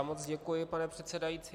Moc děkuji, pane předsedající.